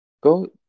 go